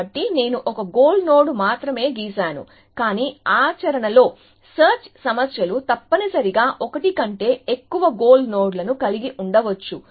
కాబట్టి నేను ఒకే గోల్ నోడ్ను మాత్రమే గీసాను కానీ ఆచరణలో సెర్చ్ సమస్యలు తప్పనిసరిగా ఒకటి కంటే ఎక్కువ గోల్ నోడ్లను కలిగి ఉండవచ్చు